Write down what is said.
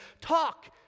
Talk